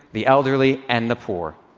the elderly and the poor.